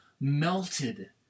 melted